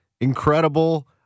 incredible